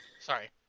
sorry